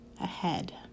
ahead